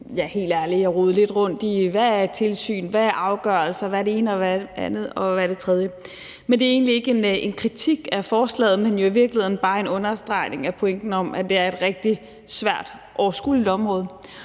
Ja, helt ærligt, jeg rodede lidt rundt i, hvad er et tilsyn, hvad er afgørelser, og hvad er det ene og det andet og det tredje? Men det er egentlig ikke en kritik af forslaget, men jo i virkeligheden bare en understregning af pointen om, at det er et rigtig svært overskueligt område.